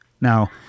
Now